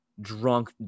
Drunk